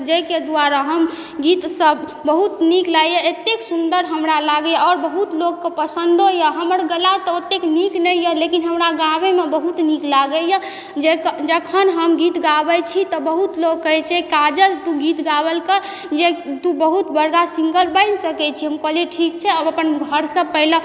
जैके द्वारा हम गीत सब बहुत नीक लागइए एतेक सुन्दर हमरा लागइए आओर बहुत लोगके पसन्दो यऽ हमर गला तऽ ओतेक नीक नहि यऽ लेकिन हमरा गाबयमे बहुत नीक लागइए जखन हम गीत गाबय छी तऽ बहुत लोग कहय छै काजल तू गीत गाबल कर तु बहुत बड़का सिंगर बनि सकय छी हम कहलियइ ठीक छै हम अपन घरसँ पहिले